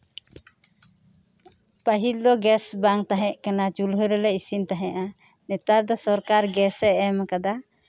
ᱯᱟᱹᱦᱤᱞ ᱫᱚ ᱜᱮᱥ ᱵᱟᱝ ᱛᱟᱦᱮᱸ ᱠᱟᱱᱟ ᱪᱩᱞᱦᱟᱹ ᱨᱮᱞᱮ ᱤᱥᱤᱱᱮᱫ ᱛᱟᱦᱮᱸᱱᱟ ᱱᱮᱛᱟᱨ ᱫᱚ ᱥᱚᱨᱠᱟᱨ ᱜᱮᱥᱮ ᱮᱢᱟᱠᱟᱫᱟ